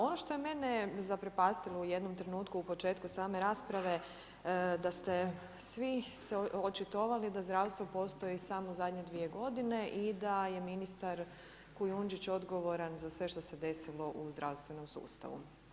Ono što je mene zaprepastilo u jednom trenutku u početku same rasprave da ste svi se očitovali da zdravstvo postoji samo zadnje dvije godine i da je ministar Kujundžić odgovoran za sve što se desilo u zdravstvenom sustavu.